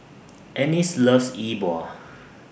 Ennis loves Yi Bua